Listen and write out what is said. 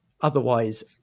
Otherwise